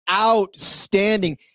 outstanding